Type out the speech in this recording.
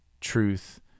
truth